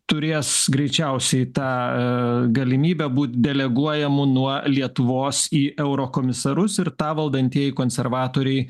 turės greičiausiai tą galimybę būt deleguojamu nuo lietuvos į eurokomisarus ir tą valdantieji konservatoriai